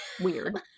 Weird